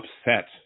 upset